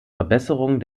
verbesserungen